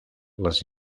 les